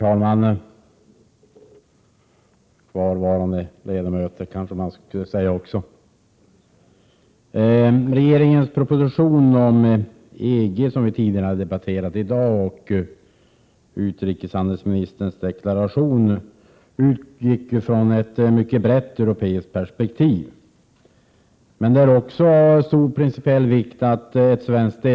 Herr talman! Regeringens proposition om EG, som vi debatterat tidigare i dag, och utrikeshandelsministerns deklaration utgår från ett mycket brett europeiskt perspektiv. Men det är också av stor principiell vikt att ett svenskt Prot.